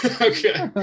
Okay